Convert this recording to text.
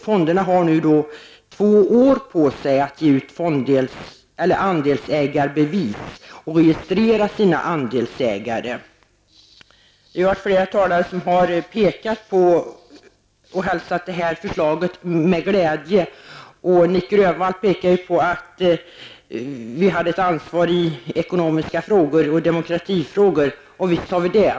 Fonderna har två år på sig att ge ut andelsägarbevis och registrera sina andelsägare. Flera talare har hälsat det här förslaget med glädje. Nic Grönvall påpekade ju att vi har ett ansvar i ekonomiska och demokratiska frågor. Visst har vi det.